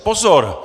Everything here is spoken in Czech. Pozor!